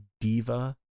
diva